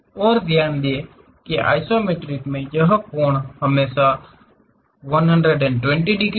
और ध्यान दें कि आइसोमेट्रिक में यह कोण हमेशा 120 डिग्री है